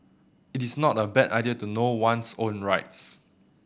it is not a bad idea to know one's own rights